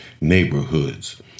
neighborhoods